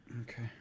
Okay